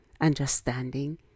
understanding